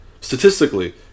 statistically